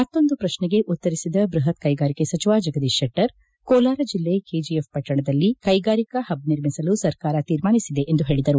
ಮತ್ತೊಂದು ಪ್ರಶ್ನೆಗೆ ಉತ್ತರಿಸಿದ ಬೃಹತ್ ಕೈಗಾರಿಕೆ ಸಚಿವ ಜಗದೀಶ್ ಶೆಟ್ಟರ್ ಕೋಲಾರ ಜಿಲ್ಲೆ ಕೆಜಿಎಫ್ ಪಟ್ಟಣದಲ್ಲಿ ಕೈಗಾರಿಕಾ ಹಬ್ ನಿರ್ಮಿಸಲು ಸರ್ಕಾರ ತೀರ್ಮಾನಿಸಿದೆ ಎಂದು ಹೇಳಿದರು